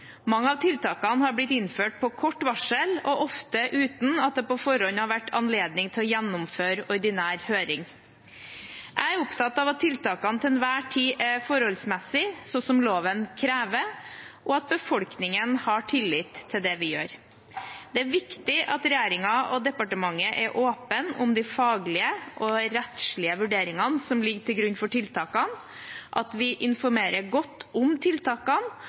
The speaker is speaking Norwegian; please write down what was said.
Mange av tiltakene har blitt innført på kort varsel og ofte uten at det på forhånd har vært anledning til å gjennomføre ordinær høring. Jeg er opptatt av at tiltakene til enhver tid er forholdsmessige, slik loven krever, og at befolkningen har tillit til det vi gjør. Det er viktig at regjeringen og departementet er åpne om de faglige og rettslige vurderingene som ligger til grunn for tiltakene, at vi informerer godt om tiltakene,